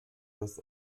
das